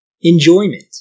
Enjoyment